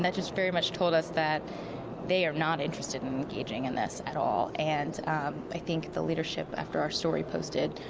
that is very much told us that they are not interested in engaging in this at all. and i think the leadership after our story posted,